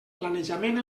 planejament